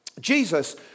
Jesus